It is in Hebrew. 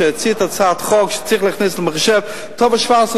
להציע את הצעת החוק שצריך להכניס למחשב טופס 17,